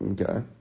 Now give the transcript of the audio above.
Okay